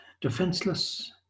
defenseless